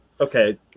okay